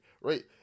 right